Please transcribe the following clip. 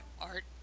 art